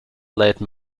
late